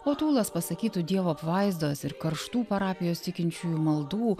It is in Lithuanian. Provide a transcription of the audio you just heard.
o tūlas pasakytų dievo apvaizdos ir karštų parapijos tikinčiųjų maldų